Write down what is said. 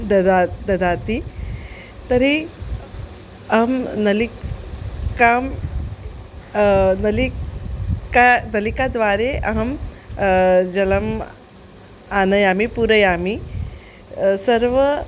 ददा ददाति तर्हि अहं नलिकां नलिका नलिकाद्वारा अहं जलम् आनयामि पूरयामि सर्वं